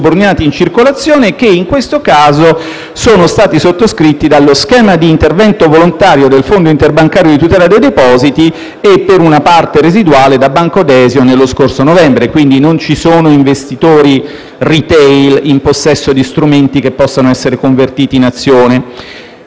subordinati in circolazione, che in questo caso sono stati sottoscritti dallo Schema di intervento volontario del Fondo interbancario di tutela dei depositi e, per una parte residuale, da Banco Desio nello scorso novembre. Quindi non ci sono investitori *retail* in possesso di strumenti che possono essere convertiti in azioni.